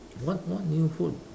what what new food